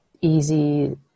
Easy